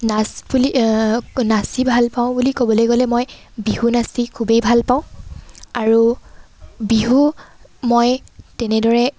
নাচ বুলি নাচি ভাল পাওঁ বুলি ক'বলৈ গ'লে মই বিহু নাচি খুবেই ভাল পাওঁ আৰু বিহু মই তেনেদৰে